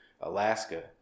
Alaska